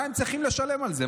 מה הם צריכים לשלם על זה?